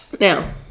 now